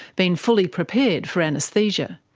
been fully prepared for anaesthesia.